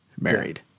married